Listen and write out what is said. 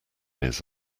his